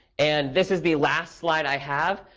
and this is the last slide i have.